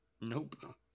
nope